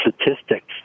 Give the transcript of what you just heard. statistics